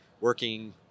working